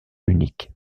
unique